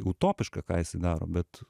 utopiška ką jisai daro bet